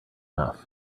enough